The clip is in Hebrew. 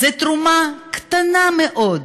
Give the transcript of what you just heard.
זו תרומה קטנה מאוד,